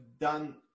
done